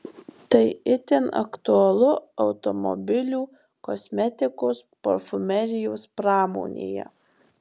tai itin aktualu automobilių kosmetikos parfumerijos pramonėje